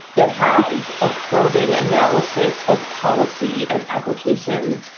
it has a probing analysis of policy and application.